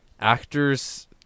Actors